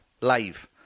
live